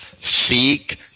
seek